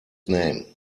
name